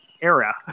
era